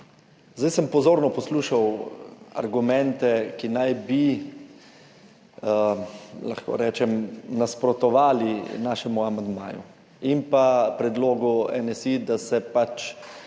Zdaj sem pozorno poslušal argumente, ki naj bi, lahko rečem, nasprotovali našemu amandmaju in predlogu NSi, da se